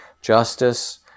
justice